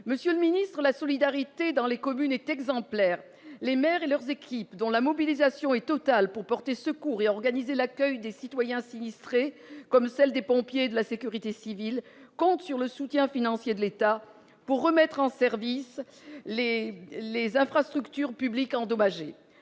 Monsieur le ministre, la solidarité dans les communes est exemplaire. Les maires et leurs équipes, dont la mobilisation est totale pour porter secours et organiser l'accueil des citoyens sinistrés, comme celle des pompiers et de la sécurité civile, comptent sur le soutien financier de l'État pour remettre en service les infrastructures publiques endommagées.